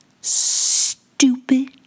Stupid